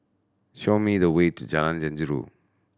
show me the way to Jalan Jeruju